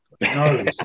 no